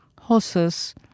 horses